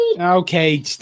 okay